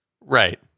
right